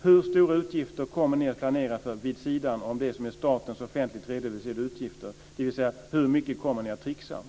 Hur stora utgifter kommer ni att planera för vid sidan av det som är statens offentligt redovisade utgifter? Hur mycket kommer ni att tricksa?`